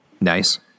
nice